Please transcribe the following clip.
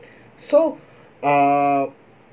so uh